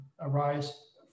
arise